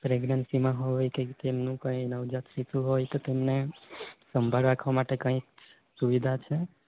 પ્રેગ્નન્સીમાં હોય કે તેમનું કંઈ નવજાત શિશુ હોય તો તેમને સંભાળ રાખવા માટે કાંઈ સુવિધા છે